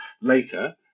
later